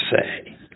say